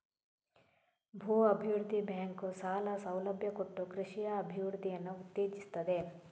ಭೂ ಅಭಿವೃದ್ಧಿ ಬ್ಯಾಂಕು ಸಾಲ ಸೌಲಭ್ಯ ಕೊಟ್ಟು ಕೃಷಿಯ ಅಭಿವೃದ್ಧಿಯನ್ನ ಉತ್ತೇಜಿಸ್ತದೆ